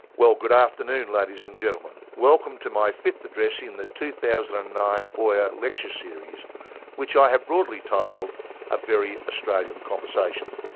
well, good afternoon ladies and gentlemen, welcome to my fifth address in the two thousand and nine boyer lecture series which i have broadly titled a very australian conversation.